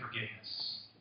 forgiveness